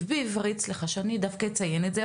בעברית וסליחה שאני דווקא זו שתציין את זה,